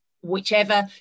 whichever